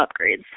upgrades